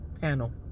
panel